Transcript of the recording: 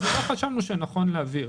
אז לא חשבנו שחשוב להבהיר.